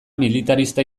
militarista